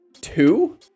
Two